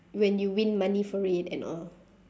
when you win money for it and all